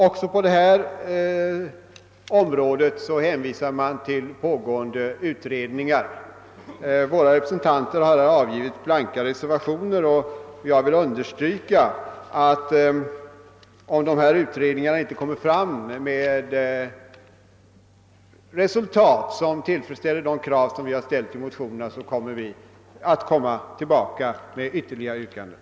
Även på detta område hänvisar utskottet till pågående utredningar. Våra representanter i utskottet har avgivit blanka reservationer, och jag vill understryka att om dessa utredningar inte framlägger resultat som tillfredsställer våra motionskrav, så återkommer vi med ytterligare yrkanden.